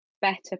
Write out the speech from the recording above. better